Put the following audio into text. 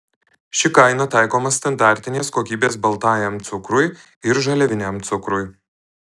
ši kaina taikoma standartinės kokybės baltajam cukrui ir žaliaviniam cukrui